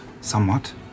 somewhat